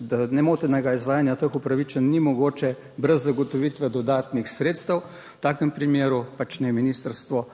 da nemotenega izvajanja teh upravičenj ni mogoče brez zagotovitve dodatnih sredstev, v takem primeru pač naj ministrstvo